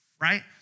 Right